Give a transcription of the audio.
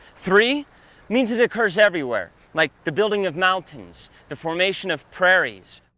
three means it occurs everywhere. like the building of mountains, the formation of prairies.